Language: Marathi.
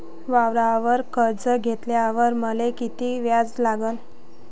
वावरावर कर्ज घेतल्यावर मले कितीक व्याज लागन?